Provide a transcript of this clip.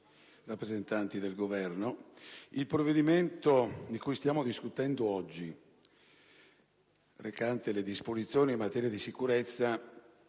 rappresentanti del Governo, il provvedimento di cui stiamo discutendo oggi, recante «Disposizioni in materia di sicurezza